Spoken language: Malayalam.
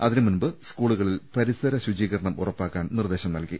അതിനുമുമ്പ് സ്കൂളുകളിൽ പരിസര ശുചീകരണം ഉറപ്പാ ക്കാൻ നിർദ്ദേശം നൽകി